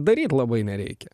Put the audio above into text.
daryt labai nereikia